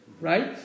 right